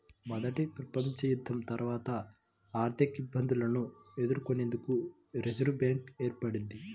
మొదటి ప్రపంచయుద్ధం తర్వాత ఆర్థికఇబ్బందులను ఎదుర్కొనేందుకు రిజర్వ్ బ్యాంక్ ఏర్పడ్డది